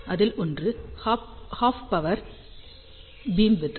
அதில் ஒன்று half power beamwidth